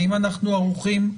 האם אנחנו ערוכים?